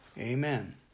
amen